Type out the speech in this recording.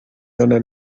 dóna